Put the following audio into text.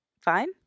fine